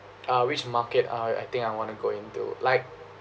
uh which market uh I think I want to go into like